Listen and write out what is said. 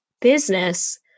business